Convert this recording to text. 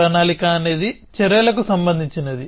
ప్రణాళిక అనేది చర్యలకు సంబంధించినది